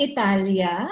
Italia